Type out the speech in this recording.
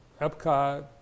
Epcot